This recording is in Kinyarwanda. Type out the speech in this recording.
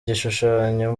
gishushanyo